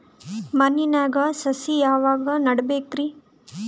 ಮಣ್ಣಿನಾಗ ಸಸಿ ಯಾವಾಗ ನೆಡಬೇಕರಿ?